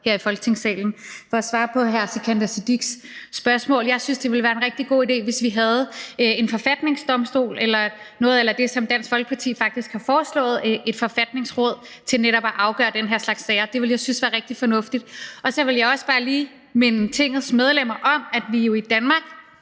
her i Folketingssalen. For at svare på hr. Sikandar Siddiques spørgsmål vil jeg sige, at jeg synes, det ville være en rigtig god idé, hvis vi havde en forfatningsdomstol eller noget a la det, som Dansk Folkeparti faktisk har foreslået, altså et forfatningsråd, til netop at afgøre den her slags sager. Det ville jeg synes var rigtig fornuftigt. Så vil jeg også bare lige minde Tingets medlemmer om, at i Danmark